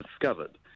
discovered